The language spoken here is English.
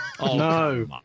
no